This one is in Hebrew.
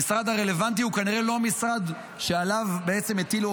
המשרד הרלוונטי הוא כנראה לא המשרד שעליו הטילו,